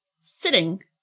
sitting